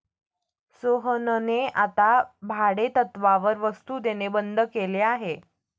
सोहनने आता भाडेतत्त्वावर वस्तु देणे बंद केले आहे